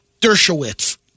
Dershowitz